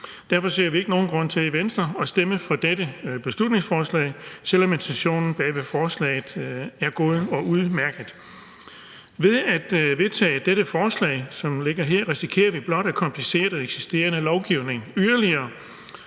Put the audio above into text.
Derfor ser vi i Venstre ikke nogen grund til at stemme for dette beslutningsforslag, selv om intentionen bag forslaget er god og udmærket. Ved at vedtage dette forslag, som det ligger her, risikerer vi blot at komplicere eksisterende lovgivning yderligere.